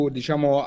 diciamo